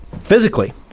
physically